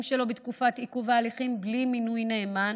שלו בתקופת עיכוב ההליכים בלי מינוי נאמן,